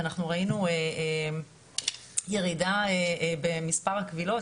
אנחנו ראינו ירידה במספר הקבילות,